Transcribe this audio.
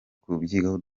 kubyigaho